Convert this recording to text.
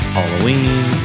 Halloween